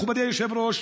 מכובדי היושב-ראש,